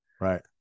right